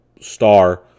star